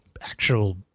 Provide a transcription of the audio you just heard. actual